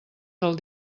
del